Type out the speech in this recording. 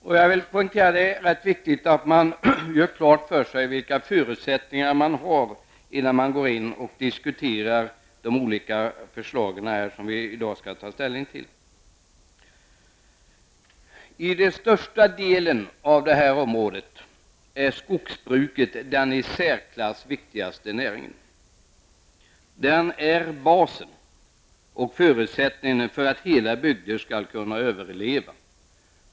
Jag vill poängtera att det är viktigt att göra klart för sig vilka förutsättningar man har innan man går in och diskuterar de olika förslag som vi i dag skall ta ställning till. I den största delen av detta område är skogsbruket den i särklass viktigaste näringen. Den är basen och förutsättningen för att hela bygder skall kunna överleva.